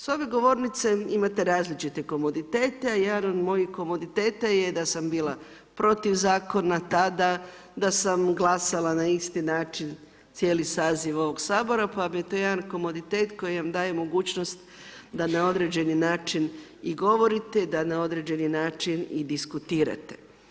S ove govornice imate različite komoditete, jedan od mojih komoditeta je da sam bila protiv zakona tada, da sam glasala na isti način cijeli saziv ovog Sabora pa je bio to jedan komoditet koji vam daje mogućnost da na određeni način i govorite i da na određeni način i diskutirate.